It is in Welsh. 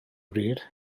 bryd